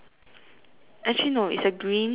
actually no it is a green signboard with